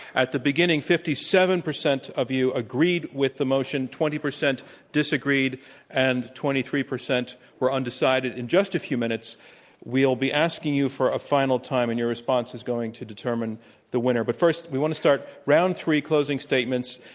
at the beginning fifty-seven percent of you agreed with the motion. twenty percent disagreed and twenty-three percent were undecided. in just a few minutes we'll be asking you for a final time and your response is going to determine the winner. but first we want to start round three, closing statements.